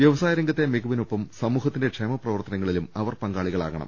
വ്യവസായ രംഗത്തെ മിക്വിനൊപ്പം സമൂഹത്തിന്റെ ക്ഷേമ പ്രവർത്തനങ്ങളിലും അവർ പങ്കാളികളാകണം